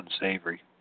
unsavory